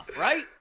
right